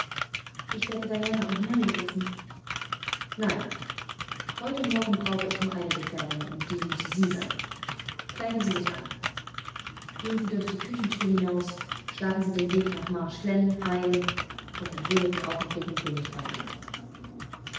ich werde diana und mary rufen nein heute morgen brauche ich nur eine gefährtin und die müssen sie sein kleiden sie sich an gehen sie durch die küchenthür hinaus schlagen sie den weg nach marsh glen glen schlucht ein und in wenigen augenblicken bin ich bei ihnen